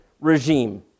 regime